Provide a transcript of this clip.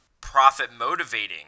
profit-motivating